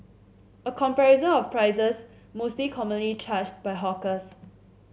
a comparison of prices mostly commonly charged by hawkers